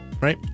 right